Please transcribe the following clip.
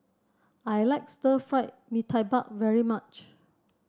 I like Stir Fried Mee Tai Mak very much